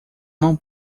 não